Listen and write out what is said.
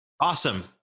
Awesome